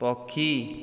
ପକ୍ଷୀ